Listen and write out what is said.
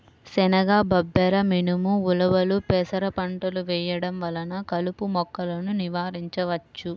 శనగ, బబ్బెర, మినుము, ఉలవలు, పెసర పంటలు వేయడం వలన కలుపు మొక్కలను నివారించవచ్చు